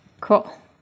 Cool